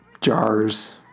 jars